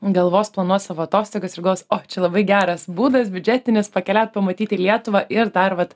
galvos planuos savo atostogas ir galvos o čia labai geras būdas biudžetinis pakeliaut pamatyti lietuvą ir dar vat